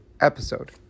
episode